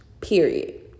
Period